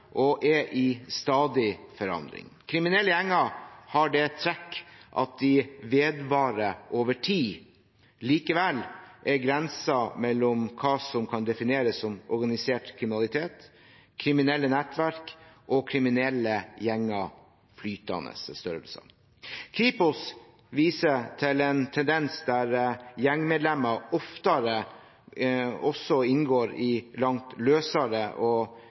og er i stadig forandring. Kriminelle gjenger har det trekk at de vedvarer over tid. Likevel er grensen mellom hva som kan defineres som organisert kriminalitet, kriminelle nettverk og kriminelle gjenger, flytende. Kripos viser til en tendens der gjengmedlemmer oftere også inngår i langt løsere og